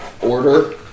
order